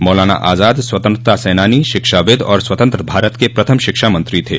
मौलाना आजाद स्वतंत्रता सेनानी शिक्षाविद और स्वतंत्र भारत के प्रथम शिक्षा मंत्री थे